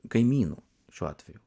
kaimynų šiuo atveju